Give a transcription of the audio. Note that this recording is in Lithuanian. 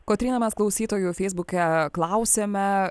kotryna mes klausytojų feisbuke klausiame